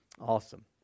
Awesome